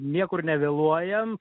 niekur nevėluojam